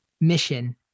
mission